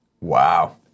Wow